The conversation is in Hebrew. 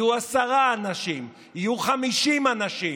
יהיו עשרה אנשים, יהיו 50 אנשים,